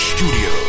Studio